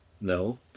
No